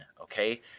Okay